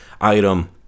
item